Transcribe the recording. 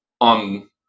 on